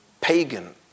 pagan